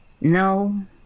No